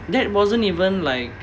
that wasn't even like